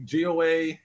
GOA